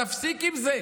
תפסיק עם זה,